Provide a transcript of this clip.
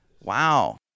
Wow